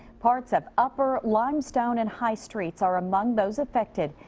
parts of upper, limestone, and high streets are among those affected.